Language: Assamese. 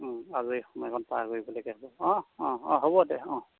আজৰি সময়কণ পাৰ কৰিবলৈকে হ'ব অঁ অঁ অঁ হ'ব দে অঁ